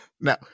Now